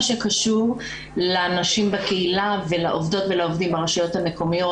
שקשור לאנשים בקהילה ולעובדות ולעובדים ברשויות המקומיות,